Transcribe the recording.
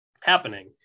happening